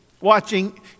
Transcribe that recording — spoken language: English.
Watching